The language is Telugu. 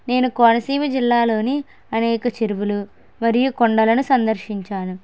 నేను కోనసీమ జిల్లాలోని అనేక చెరువులు మరియు కొండలను సందర్శిచాను